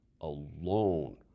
alone